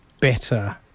better